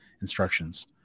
instructions